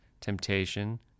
temptation